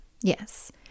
yes